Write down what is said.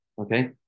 Okay